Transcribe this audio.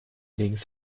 means